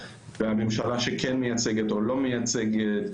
והממשלה שכן מייצגת או לא מייצגת,